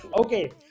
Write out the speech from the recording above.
okay